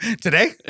Today